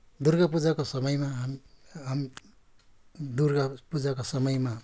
दुर्गा पुजाको समयमा हामी दुर्गा पुजाको समयमा